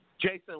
Jason